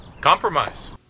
Compromise